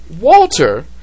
Walter